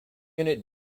unit